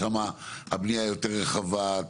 שם הבנייה יותר רחבה,